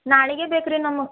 ನಾಳೆಗೆ ಬೇಕು ರೀ ನಮ್ಮ